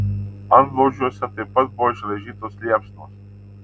antblauzdžiuose taip pat buvo išraižytos liepsnos